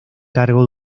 cargo